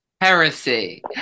heresy